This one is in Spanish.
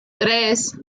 tres